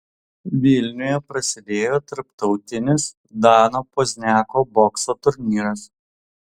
vilniuje prasidėjo tarptautinis dano pozniako bokso turnyras